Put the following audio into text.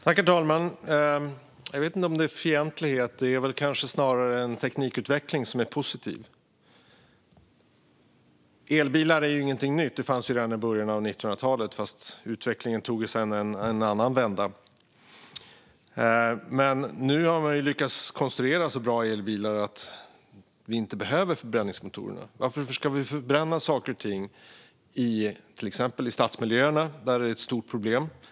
Herr talman! Jag vet inte om det är fientlighet. Det är kanske snarare en teknikutveckling som är positiv. Elbilar är ingenting nytt. Det fanns redan i början av 1900-talet. Utvecklingen tog sedan en annan vändning. Nu har man lyckats konstruera så bra elbilar att vi inte behöver förbränningsmotorerna. Varför ska vi förbränna saker och ting i till exempel stadsmiljöerna där det är ett stort problem?